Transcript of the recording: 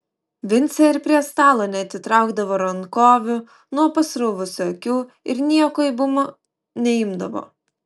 vincė ir prie stalo neatitraukdavo rankovių nuo pasruvusių akių ir nieko į bumą neimdavo